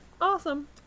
Awesome